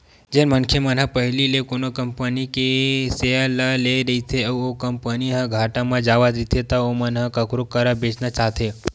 जेन मनखे मन ह पहिली ले कोनो कंपनी के सेयर ल लेए रहिथे अउ ओ कंपनी ह घाटा म जावत रहिथे त ओमन ह कखरो करा बेंचना चाहथे